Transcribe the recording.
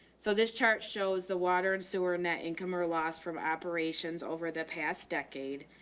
so this chart shows the water and sewer net income or loss from operations over the past decade.